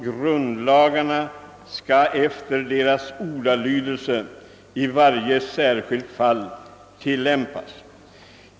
Grundlagarna skall ju efter sin ordalydelse i varje särskilt fall tillämpas.